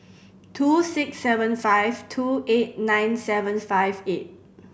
two six seven five two eight nine seven five eight